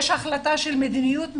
יש החלטה של מדיניות מקומית,